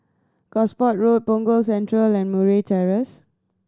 Gosport Road Punggol Central and Murray Terrace